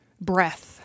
breath